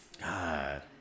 God